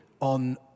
on